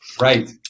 Right